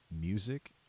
music